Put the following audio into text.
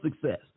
success